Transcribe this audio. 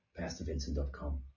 PastorVincent.com